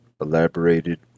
elaborated